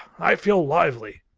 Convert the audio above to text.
i feel lively.